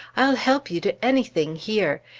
i'll help you to anything here.